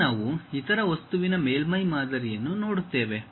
ಈಗ ನಾವು ಇತರ ವಸ್ತುವಿನ ಮೇಲ್ಮೈ ಮಾದರಿಯನ್ನು ನೋಡುತ್ತೇವೆ